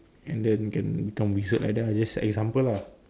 and then can become wizard like that just example lah